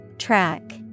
Track